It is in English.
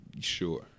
Sure